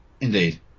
Indeed